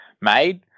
made